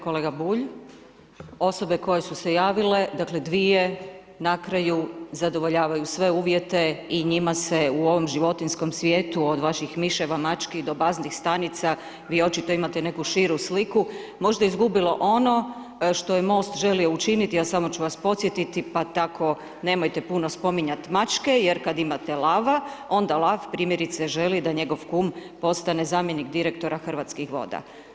Kolega Bulj, osobe koje su se javile, dakle dvije na kraju zadovoljavaju sve uvjete i njima se u ovom životinjskom svijetu od vaših miševa, mački, do baznih stanica, vi očito imate neku širu sliku, možda izgubilo ono što je MOST želio učiniti, a samo ću vas podsjetiti, pa tako nemojte puno spominjati mačke jer kada imate lava, onda lav primjerice želi da njegov kum postane zamjenik direktora Hrvatskih voda.